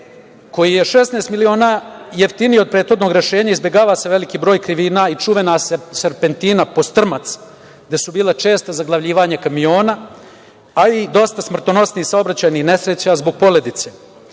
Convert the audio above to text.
koji je 16 miliona jeftiniji od prethodnog rešenja, izbegava se veliki broj krivina i čuvena serpentina „Postrmac“ gde su bila česta zaglavljivanja kamiona, ali i dosta smrtonosnih saobraćajnih nesreća zbog poledice.